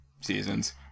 seasons